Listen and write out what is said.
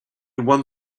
one